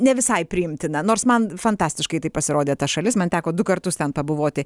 ne visai priimtina nors man fantastiškai tai pasirodė ta šalis man teko du kartus ten pabuvoti